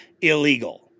illegal